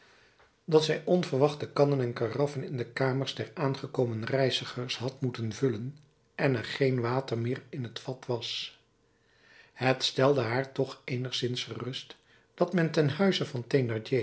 dat zij onverwacht de kannen en karaffen in de kamers der aangekomen reizigers had moeten vullen en er geen water meer in t vat was het stelde haar toch eenigszins gerust dat men ten huize van